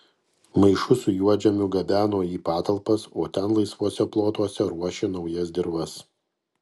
maišus su juodžemiu gabeno į patalpas o ten laisvuose plotuose ruošė naujas dirvas